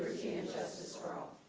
and justice for all.